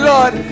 Lord